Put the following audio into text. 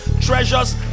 treasures